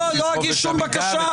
לא אגיש שום בקשה.